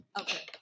Okay